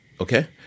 Okay